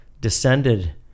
descended